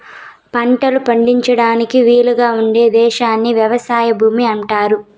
పంటలు పండించడానికి వీలుగా ఉండే పదేశాన్ని వ్యవసాయ భూమి అంటారు